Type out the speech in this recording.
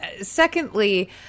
secondly